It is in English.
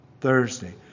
Thursday